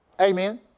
Amen